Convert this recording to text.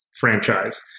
franchise